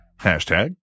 hashtag